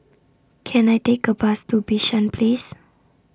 Can I Take A Bus to Bishan Place